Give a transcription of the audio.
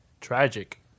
Tragic